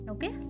Okay